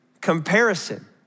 comparison